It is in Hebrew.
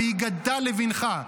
"והגדת לבנך".